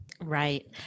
Right